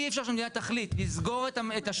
אי אפשר שהמדינה תחליט לסגור את השמיים